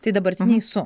tai dabartiniai su